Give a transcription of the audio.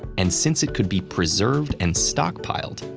and since it could be preserved and stockpiled,